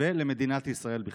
ולמדינת ישראל בכלל.